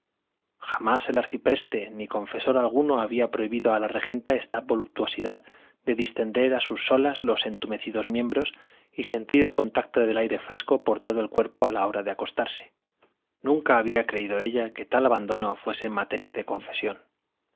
jamás el arcipreste ni confesor alguno había prohibido a la regenta esta voluptuosidad de distender a sus solas los entumecidos miembros y sentir el contacto del aire fresco por todo el cuerpo a la hora de acostarse nunca había creído ella que tal abandono fuese materia de confesión